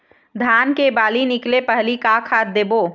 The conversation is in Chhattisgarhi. धान के बाली निकले पहली का खाद देबो?